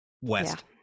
west